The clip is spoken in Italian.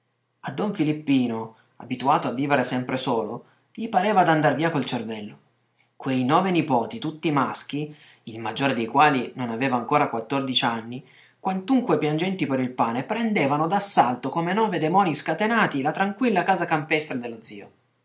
a don filippino abituato a vivere sempre solo gli pareva d'andar via col cervello quei nove nipoti tutti maschi il maggiore dei quali non aveva ancora quattordici anni quantunque piangenti per il pane prendevano d'assalto come nove demonii scatenati la tranquilla casa campestre dello zio